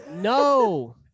No